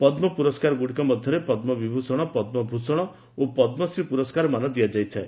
ପଦୁ ପୁରସ୍କାର ଗୁଡ଼ିକ ମଧ୍ୟରେ ପଦୁ ବିଭ୍ଷଣ ପଦୁ ଭୂଷଣ ଓ ପଦ୍ମଶ୍ରୀ ପୁରସ୍କାରମାନ ଦିଆଯାଇଥାଏ